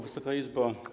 Wysoka Izbo!